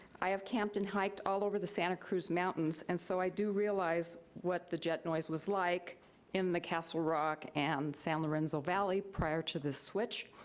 i have camped and hiked all over the santa cruz mountains, and so i do realize what the jet noise was like in the castle rock and san lorenzo valley prior to the switch.